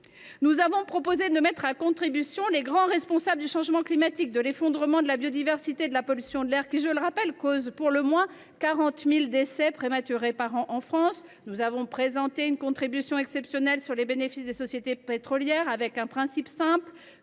Nous avons proposé de mettre à contribution les grands responsables du changement climatique, de l’effondrement de la biodiversité et de la pollution de l’air, qui, je le rappelle, causent pour le moins 40 000 décès prématurés par an, en France. Nous avons présenté une contribution exceptionnelle sur les bénéfices des sociétés pétrolières, avec un principe simple